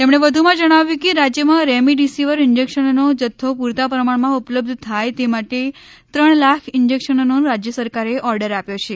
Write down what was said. તેમણે વધુમાં જણાવ્યું કે રાજ્યમાં રેમડેસીવીર ઇન્જેકશનોનો જથ્થો પુરતા પ્રમાણમાં ઉપલબ્ધ થાય તે માટે ત્રણ લાખ ઇન્જેકશનનો રાજ્ય સરકારે ઓર્ડર આપ્યો છે